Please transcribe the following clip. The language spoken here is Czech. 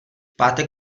pátek